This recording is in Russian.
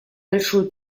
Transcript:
большую